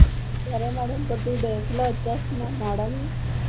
సరే మ్యాడమ్ ఒక టూ డేస్లో వచ్చేస్తున్నాం మ్యాడమ్